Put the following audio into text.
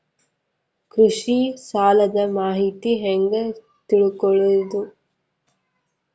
ಕೃಷಿ ಸಾಲದ ಮಾಹಿತಿ ಹೆಂಗ್ ತಿಳ್ಕೊಳ್ಳೋದು?